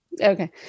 Okay